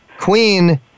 Queen